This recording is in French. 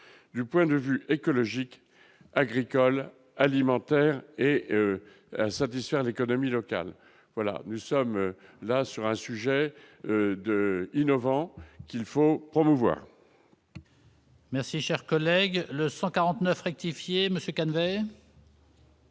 du point de vue écologique agricole, alimentaire et satisfaire l'économie locale voilà Musso me là sur un sujet de innovant qu'il faut promouvoir. Merci, cher collègue, le 149 rectifier Monsieur